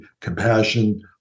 compassion